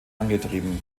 angetrieben